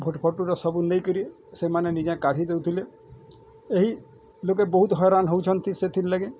photo photo ସବୁ ନେଇକରି ସେମାନେ ନିଜେ କାଢ଼ି ଦେଉଥିଲେ ଏହି ଲୋକେ ବହୁତ ହଇରାଣ ହଉଛନ୍ତି ସେଥିର୍ ଲାଗି